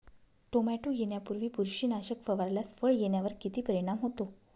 Tomato येण्यापूर्वी बुरशीनाशक फवारल्यास फळ येण्यावर किती परिणाम होतो?